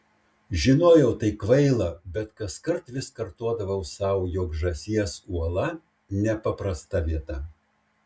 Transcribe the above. žinojau tai kvaila bet kaskart vis kartodavau sau jog žąsies uola nepaprasta vieta